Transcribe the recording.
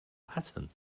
hatton